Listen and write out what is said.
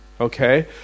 okay